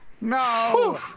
No